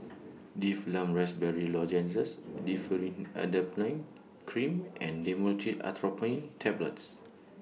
Difflam Raspberry Lozenges Differin Adapalene Cream and Dhamotil Atropine Tablets